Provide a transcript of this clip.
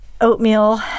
oatmeal